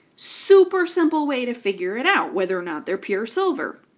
super simple way to figure it out, whether or not they're pure silver,